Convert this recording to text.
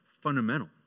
fundamental